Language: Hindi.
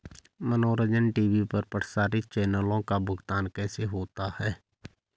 मनोरंजन टी.वी पर प्रसारित चैनलों का भुगतान कैसे होता है?